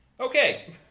Okay